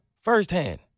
firsthand